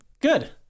Good